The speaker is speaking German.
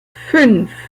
fünf